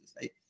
say